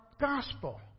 gospel